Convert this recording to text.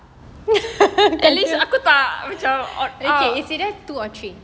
at least aku tak macam odd out